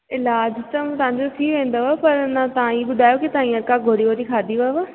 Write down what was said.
इलाज त तव्हांजो थी वेंदव पर पर अञा तव्हां हीअ ॿुधायो की तव्हां ईअं का गोरी वोरी खाधी अथव